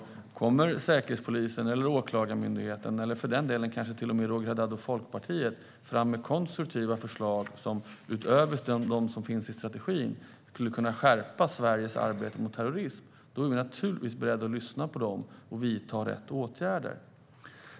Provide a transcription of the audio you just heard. Kommer Säkerhetspolisen eller Åklagarmyndigheten, eller för den delen till och med Roger Haddad och Folkpartiet, fram med konstruktiva förslag, utöver de som finns i strategin, som skulle kunna skärpa Sveriges arbete mot terrorism är jag naturligtvis beredd att lyssna på dem och vidta rätt åtgärder.